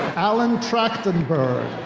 alana trachtenberg.